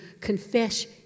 confess